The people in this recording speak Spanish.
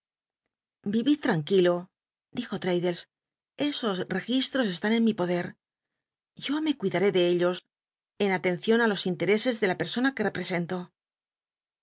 vi'id tranquilo dijo l'raddles esos registros cst ul en mi poder yo me cuidaré de ellos en alcncion i los inter'c cs le la persona que represento